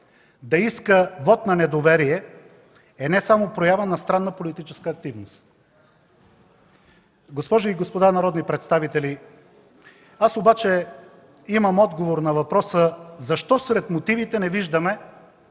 да иска вот на недоверие, е не само проява на странна политическа активност. Госпожи и господа народни представители, аз обаче имам отговор на въпроса защо сред мотивите не виждаме